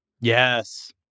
Yes